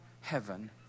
heaven